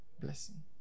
blessing